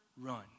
run